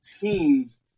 teams